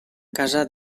casa